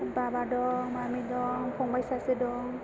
बाबा दं मामि दं फंबाय सासे दं